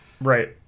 right